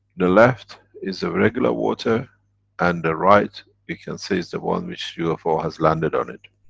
the left is ah regular water and the right we can say is the one which ufo has landed on it.